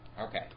Okay